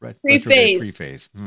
Pre-phase